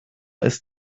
ist